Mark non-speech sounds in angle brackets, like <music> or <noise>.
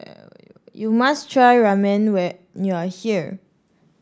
<noise> you must try Ramen when you are here